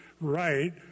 right